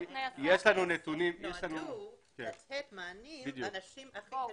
הוא לתת מענים לאנשים הכי קשים,